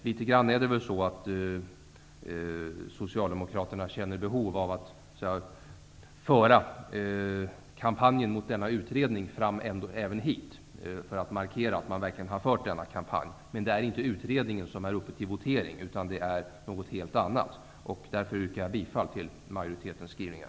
Socialdemokraterna har litet grand ett behov av att föra kampanjen mot denna utredning ända hit för att markera att man verkligen har fört en kampanj. Men det är inte utredningen som är föremål för votering, utan det är något helt annat. Jag yrkar därför bifall till majoritetens skrivningar.